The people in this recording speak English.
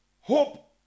hope